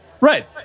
Right